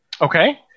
Okay